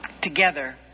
Together